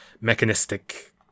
mechanistic